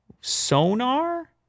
sonar